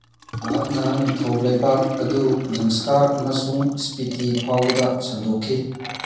ꯃꯍꯥꯛꯅ ꯅꯤꯡꯊꯧ ꯂꯩꯕꯥꯛ ꯑꯗꯨ ꯖꯪꯁꯀꯥꯔ ꯑꯃꯁꯨꯡ ꯏꯁꯄꯤꯇꯤ ꯐꯥꯎꯕꯗ ꯁꯟꯗꯣꯛꯈꯤ